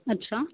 اچھا